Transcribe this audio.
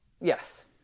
Yes